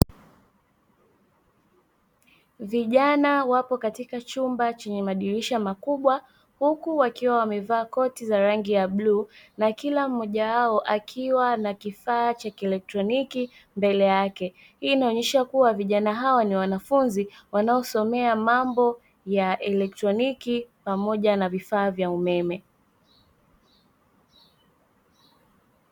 Vijana wapo katika chumba chenye madirisha makubwa, huku wakiwa wamevaa koti za rangi ya bluu na kila mmoja wao akiwa na kifaa cha kielektroniki mbele yake, hii inaonyesha kuwa vijana hawa ni wanafunzi wanaosomea mambo ya elektroniki pamoja na vifaa vya umeme.